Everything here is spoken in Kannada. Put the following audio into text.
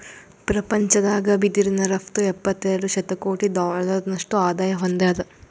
ಪ್ರಪಂಚದಾಗ್ ಬಿದಿರಿನ್ ರಫ್ತು ಎಪ್ಪತ್ತೆರಡು ಶತಕೋಟಿ ಡಾಲರ್ನಷ್ಟು ಆದಾಯ್ ಹೊಂದ್ಯಾದ್